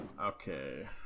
Okay